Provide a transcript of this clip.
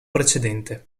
precedente